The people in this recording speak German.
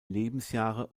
lebensjahre